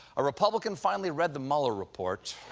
a republican finally read the mueller report.